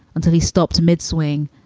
until he stopped mid swing,